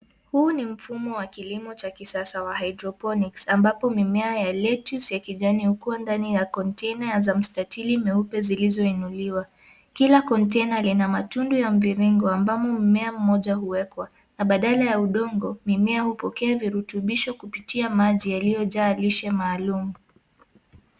Huu ni mfumo wa kilimo cha kisasa wa hydroponics ambapo mimea ya lettuce ya kijani hukua ndani ya kontena za mtatili meupe zilizoinuliwa. Kila kontena lina matundu ya mviringo ambamo mmea mmoja huwekwa, na badala ya udongo, mimea hupokea virutubisho kupitia maji yaliyojaa lishe maalum.